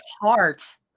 heart